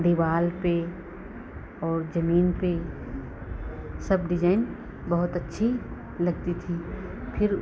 दीवार पर और ज़मीन पर सब डिजाइन बहुत अच्छी लगती थी फ़िर